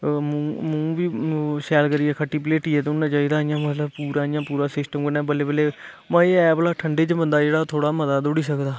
मूंह् मूंह् बी मूंह् शैल करियै खट्टी पलेटियै दौड़ना चाहिदा इ'यां मतलब पूरा इ'यां पूरा सिस्टम कन्नै बल्ै बल्लें उ'आं ऐ है भला ठंडे च बंदा जेह्ड़ा ऐ थोह्ड़ा मता दौड़ी सकदा ऐ